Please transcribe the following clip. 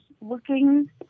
looking